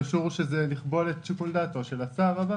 הקשור הוא שזה יכבול את שיקול דעתו של השר הבא.